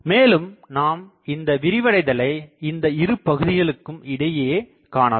மேலும் நாம் இந்த விரிவடைதலை இந்த இருபகுதிகளுக்கும் இடையே காணலாம்